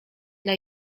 dla